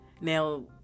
now